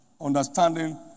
Understanding